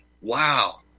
wow